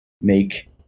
make